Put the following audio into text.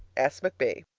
s. mcb. the